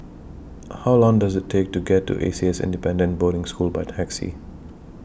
How Long Does IT Take to get to A C S Independent Boarding School By Taxi